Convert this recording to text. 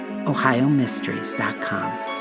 ohiomysteries.com